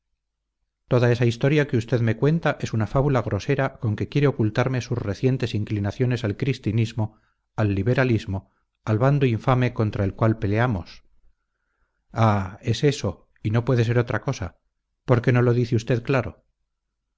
toda esa historia que usted me cuenta es una fábula grosera con que quiere ocultarme sus recientes inclinaciones al cristinismo al liberalismo al bando infame contra el cual peleamos ah es esto y no puede ser otra cosa por qué no lo dice usted claro